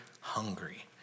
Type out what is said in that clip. hungry